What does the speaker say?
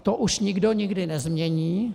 To už nikdo nikdy nezmění.